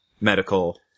medical